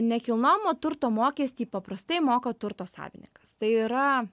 nekilnojamo turto mokestį paprastai moka turto savininkas tai yra